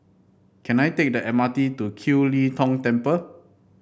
can I take the M R T to Kiew Lee Tong Temple